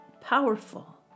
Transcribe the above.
powerful